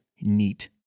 neat